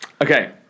Okay